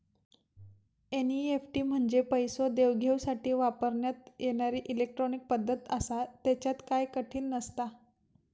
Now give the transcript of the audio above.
NEFT म्हंजे पैसो देवघेवसाठी वापरण्यात येणारी इलेट्रॉनिक पद्धत आसा, त्येच्यात काय कठीण नसता